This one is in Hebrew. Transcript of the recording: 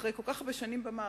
אחרי כל כך הרבה שנים במערכת,